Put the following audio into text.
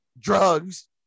drugs